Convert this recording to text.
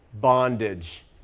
bondage